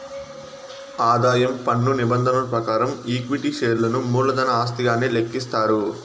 ఆదాయం పన్ను నిబంధనల ప్రకారం ఈక్విటీ షేర్లను మూలధన ఆస్తిగానే లెక్కిస్తారు